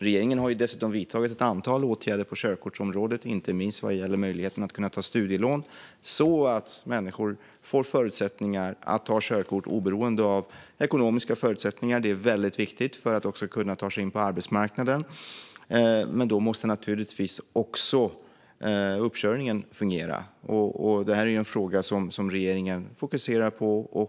Regeringen har vidtagit ett antal åtgärder på körkortsområdet, inte minst vad gäller möjligheten att ta studielån, så att människor får förutsättningar att ta körkort oberoende av ekonomiska förutsättningar. Det är väldigt viktigt för att kunna ta sig in på arbetsmarknaden. Men då måste naturligtvis också uppkörningen fungera. Det här är en fråga som regeringen fokuserar på.